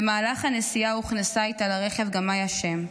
במהלך הנסיעה הוכנסה איתה לרכב גם מיה שם.